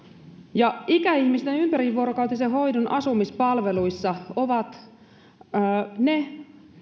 ja ikäihmisten ympärivuorokautisen hoidon asumispalveluissa ovat ne